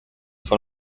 von